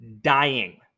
dying